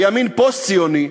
וימין פוסט-ציוני,